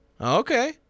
Okay